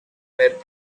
mir